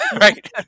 right